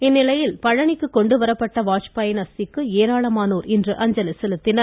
இந்நிலையில் பழனிக்கு கொண்டு வரப்பட்ட வாஜ்பாயின் அஸ்திக்கு ஏராளமானோர் இன்று அஞ்சலி செலுத்தினார்கள்